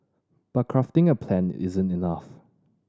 but crafting a plan isn't enough